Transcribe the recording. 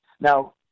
Now